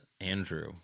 Andrew